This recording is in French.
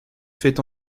fait